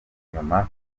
inyuma